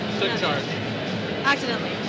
Accidentally